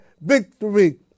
victory